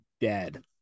dead